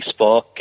Facebook